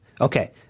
Okay